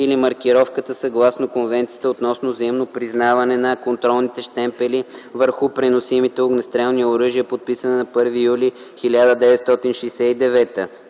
или маркировката, съгласно Конвенция относно взаимното признаване на контролните щемпели върху преносимите огнестрелни оръжия, подписана на 1 юли 1969